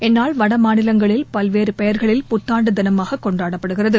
இந்நாள் வட மாநிலங்களில் பல்வேறு பெயர்களில் புத்தாண்டு தினமாக கொண்டாடப்படுகிறது